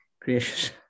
gracious